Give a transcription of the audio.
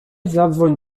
zadzwoń